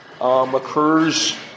occurs